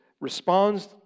responds